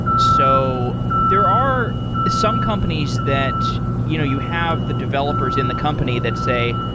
so, there are some companies that you know you have the developers in the company that say,